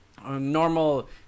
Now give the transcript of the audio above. Normal